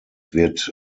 wird